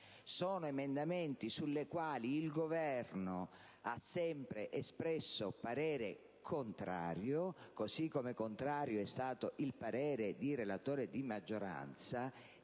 Sono emendamenti sui quali il Governo ha sempre espresso parere contrario, così come contrario è stato in Commissione il parere del relatore di maggioranza.